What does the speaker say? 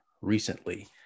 recently